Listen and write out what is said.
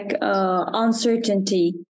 uncertainty